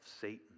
Satan